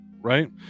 right